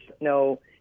no